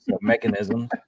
mechanism